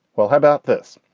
well, how about this?